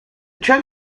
trunk